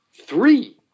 Three